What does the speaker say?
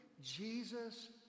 Jesus